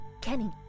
Kenny